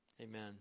Amen